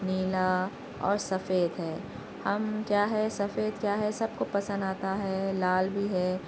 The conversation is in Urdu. نیلا اور سفید ہے ہم کیا ہے سفید کیا ہے سب کو پسند آتا ہے لال بھی ہے